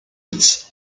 its